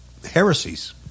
heresies